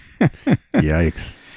Yikes